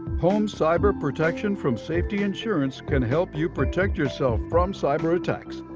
home cyber protection from safety insurance can help you protect yourself from cyber attacks.